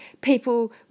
people